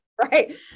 Right